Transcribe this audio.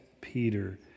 Peter